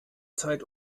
zeit